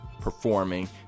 performing